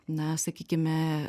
na sakykime